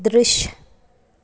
दृश्य